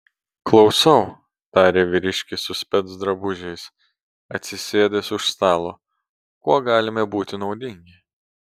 klausau tarė vyriškis su specdrabužiais atsisėdęs už stalo kuo galime būti naudingi